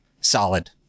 solid